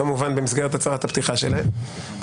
כמובן במסגרת הצהרת הפתיחה שלהם,